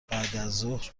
بعدازظهر